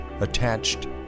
attached